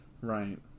Right